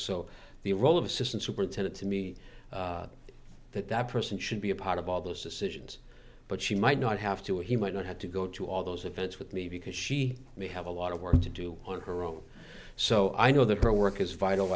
so the role of assistant superintendent to me that that person should be a part of all those decisions but she might not have to he might not have to go to all those events with me because she may have a lot of work to do on her own so i know that her work is vital